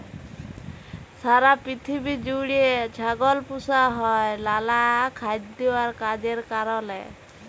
সারা পিথিবী জুইড়ে ছাগল পুসা হ্যয় লালা খাইদ্য আর কাজের কারলে